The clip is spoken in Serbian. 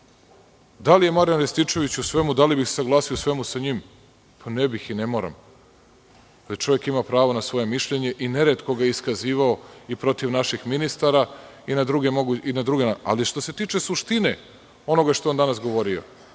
Da li je Marjan Rističević u svemu, da li bih se saglasio u svemu sa njim? Pa ne bih i ne moram. Čovek ima pravo na svoje mišljenje i neretko ga je iskazivao i protiv naših ministara i na druge. Ali što se tiče suštine onoga što je on danas govorio,